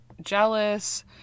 jealous